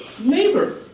neighbor